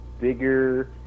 bigger